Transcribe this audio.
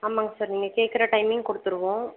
ஆமாம்ங்க சார் நீங்கள் கேட்குற டைமிங் கொடுத்துருவோம்